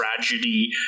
tragedy